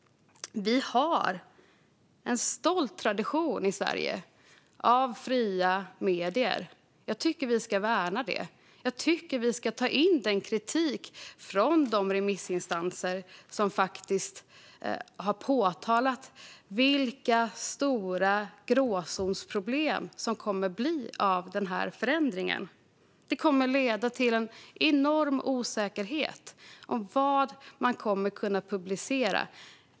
Vi har en stolt tradition i Sverige av fria medier. Jag tycker att vi ska värna det. Vi ska ta in kritik från de remissinstanser som har påtalat vilka stora gråzonsproblem som kommer att uppstå till följd av den här förändringen. Det kommer att leda till en enorm osäkerhet om vad man kommer att kunna publicera.